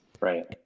Right